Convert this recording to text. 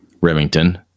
Remington